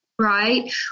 right